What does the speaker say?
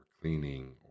cleaning